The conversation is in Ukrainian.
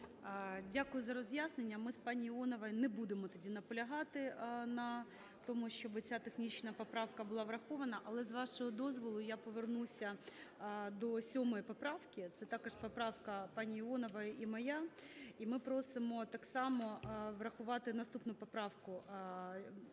Дякую за роз'яснення. Ми з пані Іоновою не будемо тоді наполягати на тому, щоб ця технічна поправка була врахована. Але, з вашого дозволу, я повернуся до 7 поправки, це також поправка пані Іонової і моя, і ми просимо так само врахувати наступну поправку.